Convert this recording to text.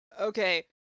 okay